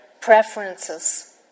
preferences